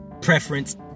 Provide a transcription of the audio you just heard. preference